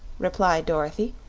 replied dorothy,